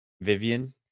Vivian